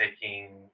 taking